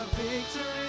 victory